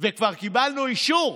וכבר קיבלנו אישור,